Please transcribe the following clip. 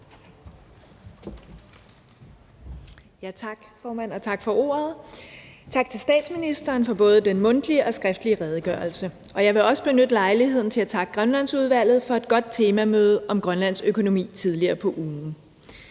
tak for ordet. Tak til statsministeren for både den mundtlige og skriftlige redegørelse. Jeg vil også benytte lejligheden til at takke Grønlandsudvalget for et godt temamøde om Grønlands økonomi tidligere på ugen.